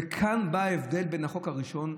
וכאן בא ההבדל בין החוק הראשון,